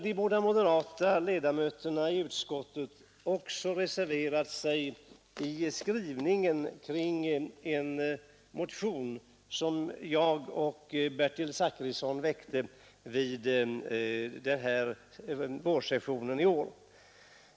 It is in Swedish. De båda moderata ledamöterna i utskottet har dessutom reserverat sig mot skrivningen om en motion, som kts av mig själv och Bertil Zachrisson under vårsessionen i år.